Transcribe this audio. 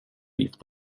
mitt